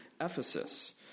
Ephesus